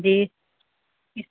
جی